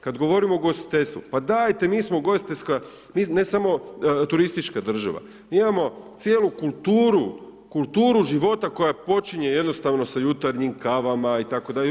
Kada govorimo o ugostiteljstvu, pa dajte, mi smo ugostiteljska, ne samo turistička država, mi imamo cijelu kulturu života koja počinje jednostavno sa jutarnjim kavama itd.